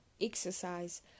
Exercise